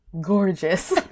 gorgeous